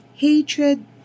Hatred